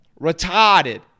Retarded